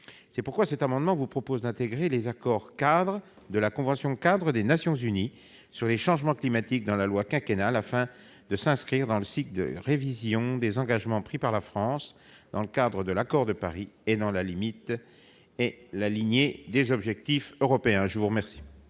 C'est pourquoi nous proposons d'intégrer les accords-cadres de la convention-cadre des Nations unies sur les changements climatiques dans la loi quinquennale, afin de nous inscrire dans le cycle de révision des engagements pris par la France dans le cadre de l'accord de Paris, et dans la lignée des objectifs européens. La parole